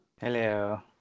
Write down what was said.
Hello